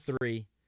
three